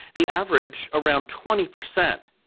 the average around twenty percent.